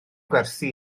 gwerthu